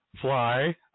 fly